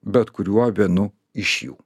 bet kuriuo vienu iš jų